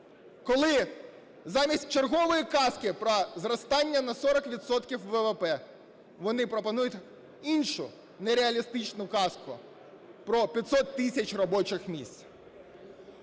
коли замість чергової казки про зростання на 40 відсотків ВВП вони пропонують іншу нереалістичну казку про 500 тисяч робочих місць.